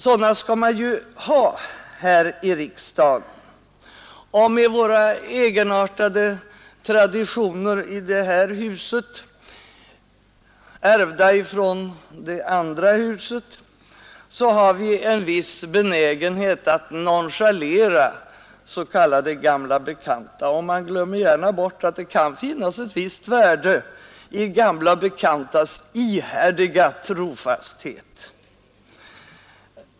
Sådana skall man ju ha i riksdagen, och med våra egenartade traditioner i det här huset, ärvda ifrån det andra huset, har vi en viss benägenhet att nonchalera s.k. gamla bekanta, och man glömmer gärna bort att det kan finnas ett visst värde i gamla bekantas ihärdiga trofasthet.